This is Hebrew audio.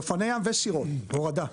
לאופני ים וסירות, הורדה.